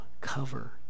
cover